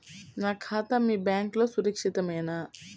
నా ఖాతా మీ బ్యాంక్లో సురక్షితమేనా?